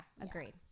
agreed